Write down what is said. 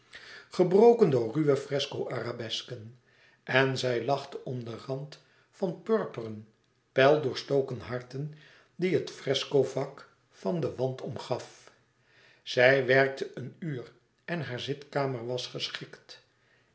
gebroken door ruwe fresco arabesken en zij lachte om den rand van purperen pijldoorstoken harten die het fresco vak van den wand omgaf zij werkte een uur en hare zitkamer was geschikt